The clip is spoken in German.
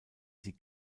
sie